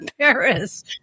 Paris